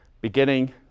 beginning